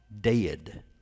dead